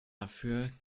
dafür